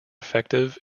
effective